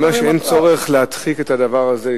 אני אומר שאין צורך להדחיק את הדבר הזה,